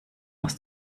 aus